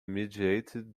mediated